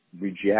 reject